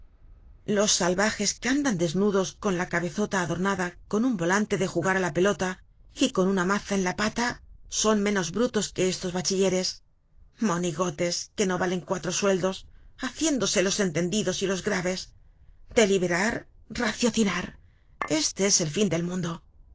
los salvajes que andan desnudos con la cabezota adornada con un volante de jugar á la pelota y con una maza en la pata son menos brutos que estos bachilleres monigotes que no valen cuatro sueldos haciéndose los entendidos y los graves deliberar y raciocinar este es el fin del mundo